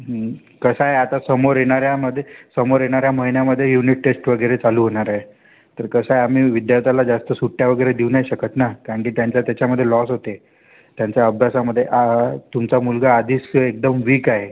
कसं आहे आता समोर येणाऱ्या मध्ये समोर येणाऱ्या महिन्यामध्ये युनिट टेस्ट वगैरे चालू होणार आहे तर कसं आहे आम्ही विद्यार्थ्याला जास्त सुट्ट्या वगैरे देऊ नाही शकत ना कारण की त्यांचा त्याच्यामध्ये लॉस होते त्यांच्या अभ्यासामध्ये आ तुमचा मुलगा आधीच एकदम विक आहे